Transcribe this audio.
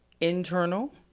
internal